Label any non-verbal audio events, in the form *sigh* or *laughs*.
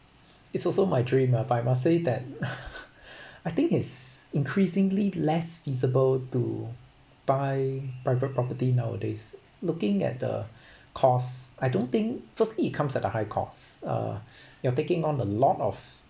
it's also my dream lah but I must say that *laughs* I think it's increasingly less feasible to buy private property nowadays looking at the cost I don't think firstly it comes at a high cost uh you're taking on a lot of